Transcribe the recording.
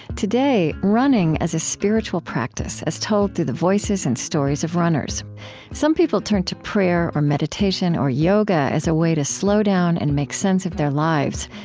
today, running as a spiritual practice, as told through the voices and stories of runners some people turn to prayer or meditation or yoga as a way to slow down and make sense of their lives.